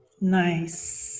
Nice